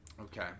Okay